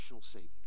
Savior